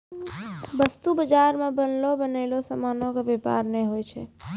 वस्तु बजारो मे बनलो बनयलो समानो के व्यापार नै होय छै